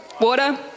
Water